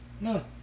no